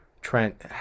trent